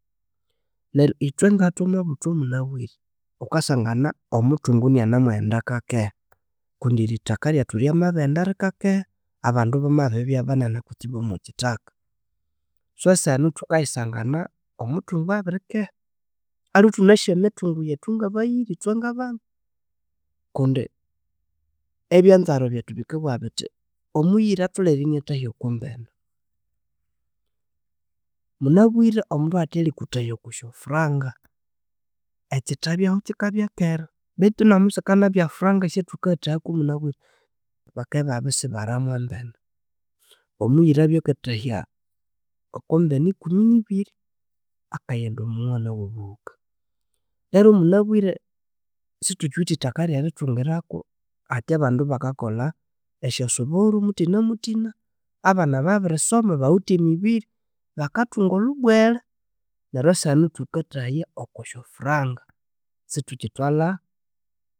Neryo ithwe ngathwamabuthwa munabire wukasangana omuthungu inanimughenda akakeha. Kundi erithaka lyethu ryamabirighenda likakeha abandu bamabiri banene kutsi omwa kithaka so seheno thukayisangana omuthungu abirikeha aliwe thunasi emithungu yethu ngabayira ithwengabana. Kundi ebyenzarwa byethu bikabughabithi omuyira atholhere inathahya okumbene. Munabwire omundu hathya alikuthahya okusyofuranga, ekyithabyahu kyikabya kera bethu nomusikanabya furanga syathukayathahayaku munabire bakabya ibabirisibaramo mbene. Omuyira abya akathahya okumbene ikumi nibiri akayenda omwana owobuhuka. Lero munabire sithukyiwithe ithaka eryerithungirako. Hathya abandu bakakolha esyosuburu muthina muthina, abana babirisoma bawithe emibiri bakathunga olhubwelhe. Neryo seheno thukathahaya okosyofuranga sithukyithwalha